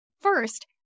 First